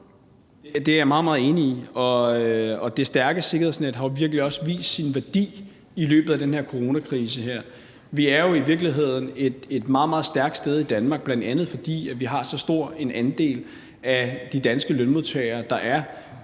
Det er jeg meget, meget enig i, og det stærke sikkerhedsnet har jo også virkelig vist sin værdi i løbet af den her coronakrise. Vi er i virkeligheden et meget, meget stærk sted i Danmark, bl.a. fordi vi har så stor en andel af de danske lønmodtagere, der er